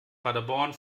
paderborn